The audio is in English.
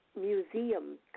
museum